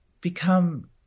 become